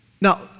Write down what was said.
Now